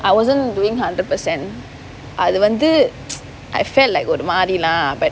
I wasn't doing hundred percent அது வந்து:athu vanthu I felt like ஒரு மாறி:oru maari lah but